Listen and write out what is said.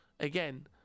Again